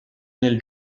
nel